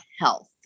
health